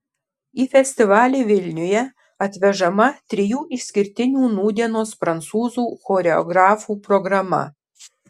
į festivalį vilniuje atvežama trijų išskirtinių nūdienos prancūzų choreografų programa